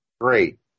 Great